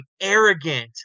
arrogant